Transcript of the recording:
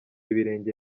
ibirenge